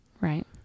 Right